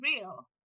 real